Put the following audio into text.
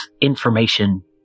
information